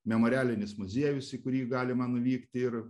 memorialinis muziejus į kurį galima nuvykti ir